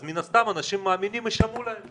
אז מן הסתם אנשים מאמינים יישמעו להם.